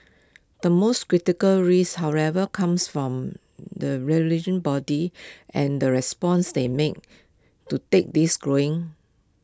the most critical risk however comes from the bodies and the response they make to take this growing